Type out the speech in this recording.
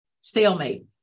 stalemate